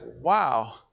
wow